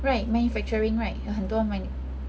right manufacturing right 有很多 manu~